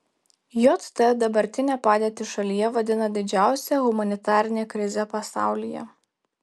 jt dabartinę padėtį šalyje vadina didžiausia humanitarine krize pasaulyje